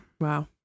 Wow